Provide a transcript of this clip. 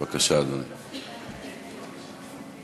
בבקשה, אדוני.